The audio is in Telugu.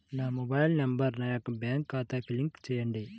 నా మొబైల్ నంబర్ నా యొక్క బ్యాంక్ ఖాతాకి లింక్ చేయండీ?